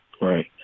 Right